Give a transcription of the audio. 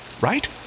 right